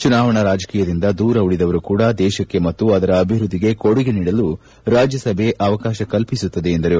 ಚುನಾವಣಾ ರಾಜಕೀಯದಿಂದ ದೂರ ಉಳಿದವರು ಕೂಡ ದೇಶಕ್ಕೆ ಮತ್ತು ಅದರ ಅಭಿವೃದ್ದಿಗೆ ಕೊಡುಗೆ ನೀಡಲು ರಾಜ್ಯಸಭೆ ಅವಕಾಶ ಕಲ್ಪಿಸುತ್ತದೆ ಎಂದರು